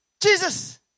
Jesus